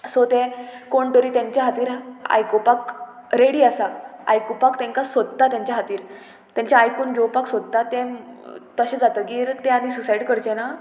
so ते कोण तरी तेंच्या खातीर आयकुपाक रेडी आसा आयकुपाक तांकां सोदता तेंच्या खातीर तेंचे आयकून घेवपाक सोदता तें तशें जातकीर तें आनी सुसायड करचें ना